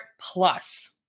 Plus